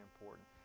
important